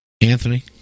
Anthony